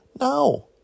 No